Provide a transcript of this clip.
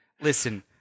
Listen